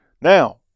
Now